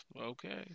okay